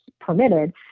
permitted